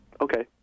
Okay